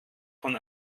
von